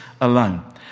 alone